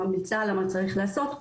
ממליצה לה מה צריך לעשות,